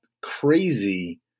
crazy